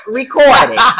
recording